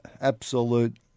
absolute